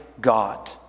God